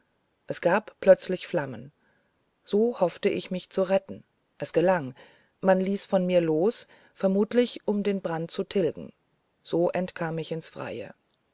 es gab plötzlich flammen so hoffte ich mich zu retten es gelang man ließ von mir los vermutlich um den brand zu tilgen so entkam ich ins freie